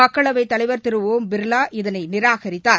மக்களவைத் தலைவர் திருஷம் பிர்லா இதனைநிராகரித்தார்